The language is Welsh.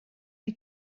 wyt